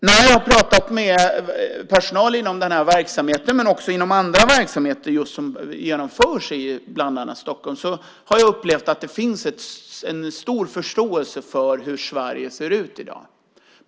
När jag har talat med personal inom denna verksamhet men också inom andra verksamheter som genomförs i bland annat Stockholm har jag upplevt att det finns en stor förståelse för hur Sverige ser ut i dag.